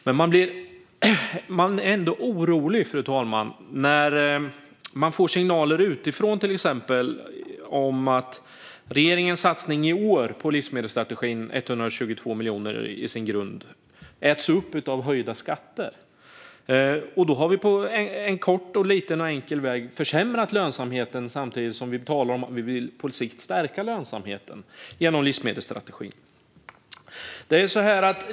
Men man blir ändå orolig, fru talman, när man får signaler utifrån, till exempel om att regeringens satsning i år på livsmedelsstrategin, med i grunden 122 miljoner, äts upp av höjda skatter. Då har vi på en kort, liten och enkel väg försämrat lönsamheten samtidigt som vi talar om att vi på sikt vill stärka lönsamheten genom livsmedelsstrategin.